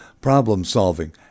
problem-solving